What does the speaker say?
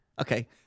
Okay